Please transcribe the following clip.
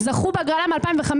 הם זכו בהגרלה ב-2015,